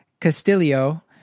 Castillo